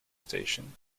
station